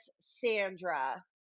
Sandra